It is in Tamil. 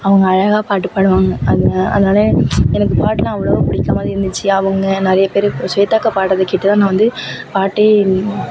அவங்க அழகாக பாட்டு பாடுவாங்க அதில் அதனால் எனக்கு பாட்டைலாம் அவ்வளோவா பிடிக்க மாதிரி இருந்துச்சு அவங்க நிறைய பேர் ஸ்வேதா அக்கா பாடுறது கேட்டு தான் நான் வந்து பாட்டே